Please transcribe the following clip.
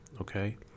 Okay